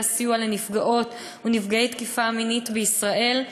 הסיוע לנפגעות ונפגעי תקיפה מינית בישראל,